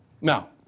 Now